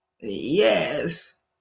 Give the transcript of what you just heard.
yes